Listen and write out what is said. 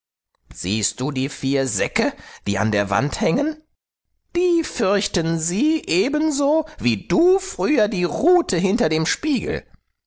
siehst du die vier säcke die an der wand hängen die fürchten sie ebenso wie du früher die ruthe hinter dem spiegel